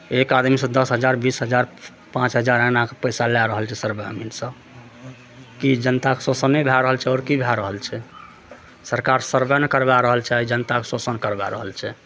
एक आदमीसँ दस हजार बीस हजार पाँच हजार एनाके पैसा लए रहल छै सर्वेमे ग्रामीणसँ की जनताके शोषणे भए रहल छै आओर की भए रहल छै सरकार सर्वे नहि करा रहल छै आओर जनताके शोषण करबा रहल छै